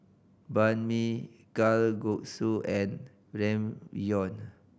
Banh Mi Kalguksu and Ramyeon